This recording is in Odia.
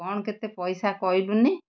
କ'ଣ କେତେ ପଇସା କହିଲୁନି